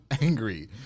angry